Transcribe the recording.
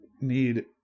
need